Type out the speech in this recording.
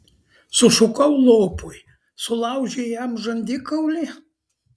sušukau lopui sulaužei jam žandikaulį